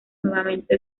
nuevamente